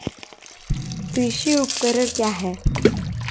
कृषि उपकरण क्या है?